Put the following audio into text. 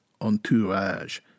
Entourage